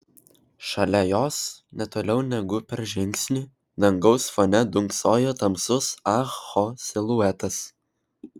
šalia jos ne toliau negu per žingsnį dangaus fone dunksojo tamsus ah ho siluetas